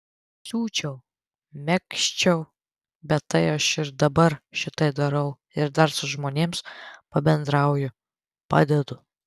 siūčiau megzčiau bet tai aš ir dabar šitai darau ir dar su žmonėms pabendrauju padedu